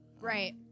Right